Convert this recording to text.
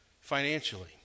financially